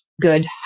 good